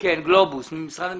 גלובוס ממשרד המשפטים.